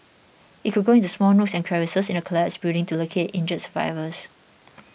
it could go into small nooks and crevices in a collapsed building to locate injured survivors